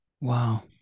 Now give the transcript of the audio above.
wow